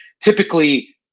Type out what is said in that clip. Typically